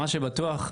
מה שבטוח,